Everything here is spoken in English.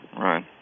right